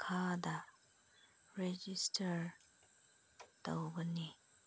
ꯃꯈꯥꯗ ꯔꯦꯖꯤꯁꯇꯔ ꯇꯧꯕꯅꯤ